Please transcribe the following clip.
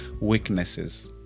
weaknesses